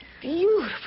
beautiful